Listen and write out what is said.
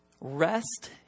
rest